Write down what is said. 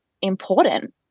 important